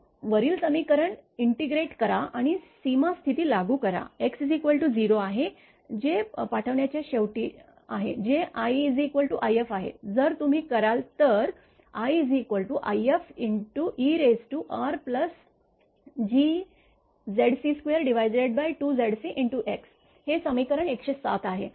वरील समीकरण इंटेग्रेट करा आणि सीमा स्थिती लागू करा x 0 आहे जे पाठवण्याच्या शेवटी आहे जे i if आहे जर तुम्ही कराल तर iife RGZc22Zc x हे समीकरण १०७ आहे